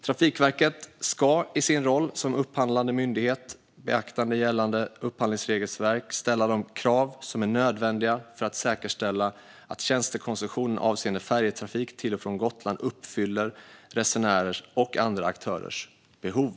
Trafikverket ska i sin roll som upphandlande myndighet, beaktande gällande upphandlingsregelverk, ställa de krav som är nödvändiga för att säkerställa att tjänstekoncessionen avseende färjetrafik till och från Gotland uppfyller resenärers och andra aktörers behov.